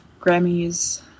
Grammys